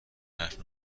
حرف